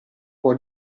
può